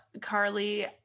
Carly